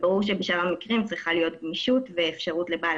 ברור שצריכה להיות גמישות ואפשרות לבעל